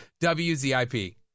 WZIP